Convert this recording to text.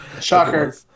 Shocker